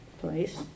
place